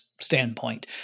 standpoint